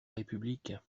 république